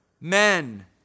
Men